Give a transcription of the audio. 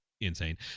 insane